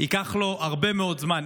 ייקח לו הרבה מאוד זמן,